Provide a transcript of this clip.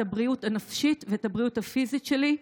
הבריאות הנפשית ואת הבריאות הפיזית שלי.